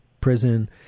prison